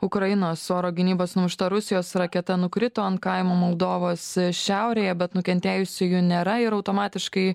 ukrainos oro gynybos numušta rusijos raketa nukrito ant kaimo moldovos šiaurėje bet nukentėjusiųjų nėra ir automatiškai